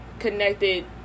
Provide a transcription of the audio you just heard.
connected